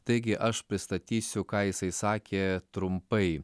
taigi aš pristatysiu ką jisai sakė trumpai